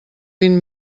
vint